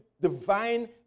divine